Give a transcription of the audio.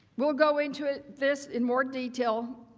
will go into this in more detail.